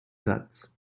satz